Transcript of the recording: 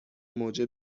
موجب